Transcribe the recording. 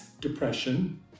depression